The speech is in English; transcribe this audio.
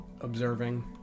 observing